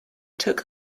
took